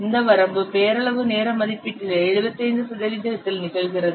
இந்த வரம்பு பெயரளவு நேர மதிப்பீட்டில் 75 சதவிகிதத்தில் நிகழ்கிறது